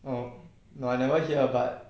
um no I never hear but